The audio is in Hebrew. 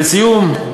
לסיום,